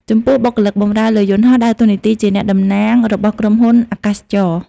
ចំពោះបុគ្គលិកបម្រើលើយន្តហោះដើរតួនាទីជាអ្នកតំណាងរបស់ក្រុមហ៊ុនអាកាសចរណ៍។